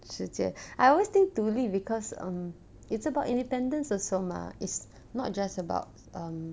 直接 I always think 独立 because um it's about independence also mah is not just about um